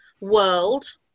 world